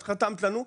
את חתמת לנו.